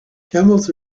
camels